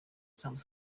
some